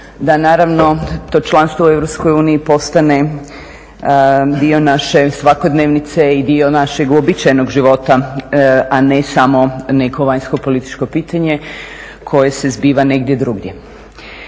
da naravno to članstvo u EU postane dio naše svakodnevnice i dio našeg uobičajenog života, a ne samo neko vanjsko-političko pitanje koje se zbiva negdje drugdje.